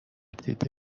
دیده